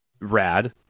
Rad